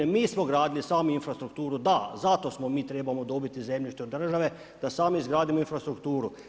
Mi smo gradili sami infrastrukturu, da, zato mi trebamo dobiti zemljište od države da sami izgradimo infrastrukturu.